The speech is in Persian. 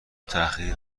تحقیقی